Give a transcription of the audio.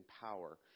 power